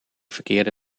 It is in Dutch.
verkeerde